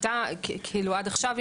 הייתה עד עכשיו,